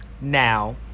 now